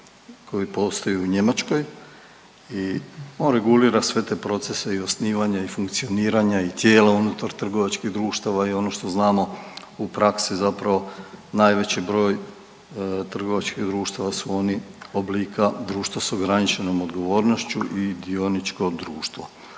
koji postoji u Njemačkoj i on regulira sve te procese i osnivanje i funkcioniranja i tijela unutar trgovačkih društava. I ono što znamo u praksi zapravo najveći broj trgovačkih društava su oni oblika društva s ograničenom odgovornošću i dioničko društvo.